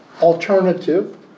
alternative